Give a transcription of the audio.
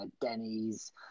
Denny's